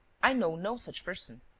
i know no such person.